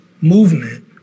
movement